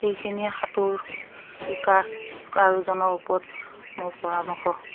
এইখিনিয়ে সাঁতোৰ শিকা শিকা ওপৰত মোৰ পৰামৰ্শ